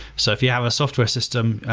so if you have a software system,